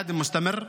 חבר הכנסת עופר כסיף,